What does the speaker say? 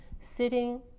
sitting